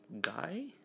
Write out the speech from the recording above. guy